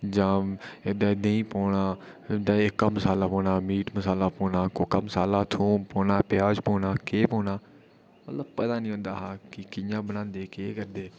जां एह्दे देहीं पौना केह्का मसाला पौना मीट मसाला पौना कोह्का मसाला थोम पौना प्याज पौना केह् पौना मतलब पता नेईं हा होंदा कि'यां बनांदे केह् करदे